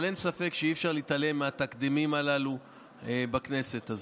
אבל אין ספק שאי-אפשר להתעלם מהתקדימים הללו בכנסת הזו.